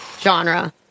genre